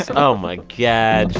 ah oh, my yeah god